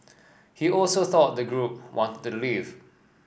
he also thought the group wanted to leave